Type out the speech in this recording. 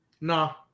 No